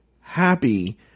happy